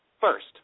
first